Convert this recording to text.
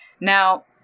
Now